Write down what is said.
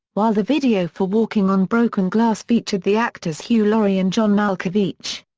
while the video for walking on broken glass featured the actors hugh laurie and john malkovich.